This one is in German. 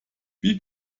wie